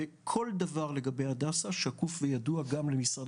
כל דבר לגבי הדסה שקוף וידוע גם למשרד